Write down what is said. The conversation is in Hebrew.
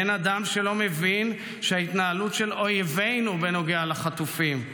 אין אדם שלא מבין שההתנהלות של אויבינו בנוגע לחטופים,